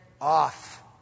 off